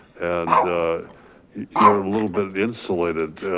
and you're a little bit of insulated.